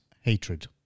hatred